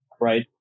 right